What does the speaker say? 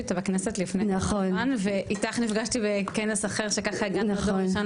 איתה בכנסת לפני כמה זמן ואיתך נפגשתי בכנס שארגנתי לדור ראשון